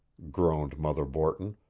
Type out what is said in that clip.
groaned mother borton,